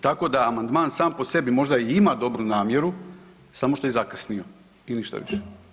Tako da amandman sam po sebi možda i ima dobru namjeru, samo što je zakasnio i ništa više.